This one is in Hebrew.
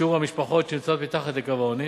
בשיעור המשפחות שנמצאות מתחת לקו העוני,